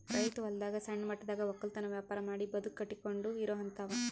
ರೈತ್ ಹೊಲದಾಗ್ ಸಣ್ಣ ಮಟ್ಟದಾಗ್ ವಕ್ಕಲತನ್ ವ್ಯಾಪಾರ್ ಮಾಡಿ ಬದುಕ್ ಕಟ್ಟಕೊಂಡು ಇರೋಹಂತಾವ